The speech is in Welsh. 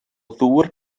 ddŵr